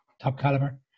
top-caliber